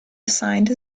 assigned